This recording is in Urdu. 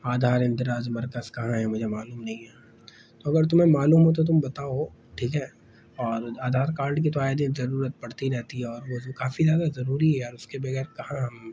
آدھار اندراج مرکز کہاں ہے مجھے معلوم نہیں ہے اور اگر تمہیں معلوم ہو تو تم بتاؤ ٹھیک ہے اور آدھار کارڈ کی تو آئے دن ضرورت پڑتی رہتی ہے اور وہ زو کافی زیادہ ضروری ہے یار اس کے بغیر کہاں ہم